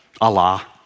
Allah